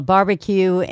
Barbecue